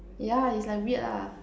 yeah is like weird lah